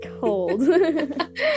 cold